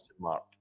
mark